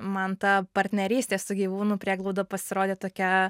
man ta partnerystė su gyvūnų prieglauda pasirodė tokia